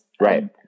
Right